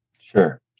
Sure